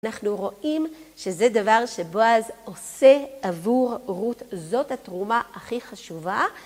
אנחנו רואים שזה דבר שבועז עושה עבור רות, זאת התרומה הכי חשובה.